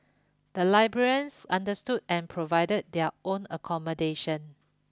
the librarians understood and provided their own accommodation